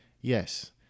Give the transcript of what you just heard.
Yes